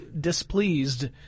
displeased